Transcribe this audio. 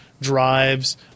drives